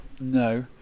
no